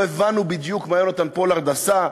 לא הבנו בדיוק מה יונתן פולארד עשה,